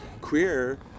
queer